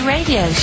Radio